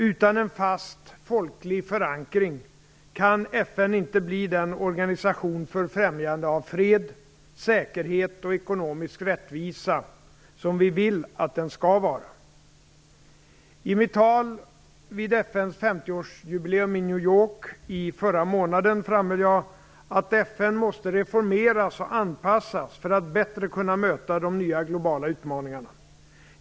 Utan en fast folklig förankring kan FN inte bli den organisation för främjande av fred, säkerhet och ekonomisk rättvisa som vi vill att den skall vara. I mitt tal vid FN:s 50-årsjubileum i New York förra månaden framhöll jag att FN måste reformeras och anpassas för att bättre kunna möta de nya globala utmaningarna.